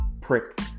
prick